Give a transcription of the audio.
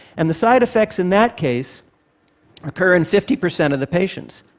and the side effects in that case occur in fifty percent of the patients.